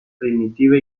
primitiva